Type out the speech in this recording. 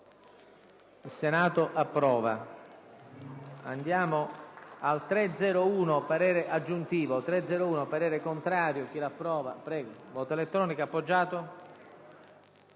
il Senato approva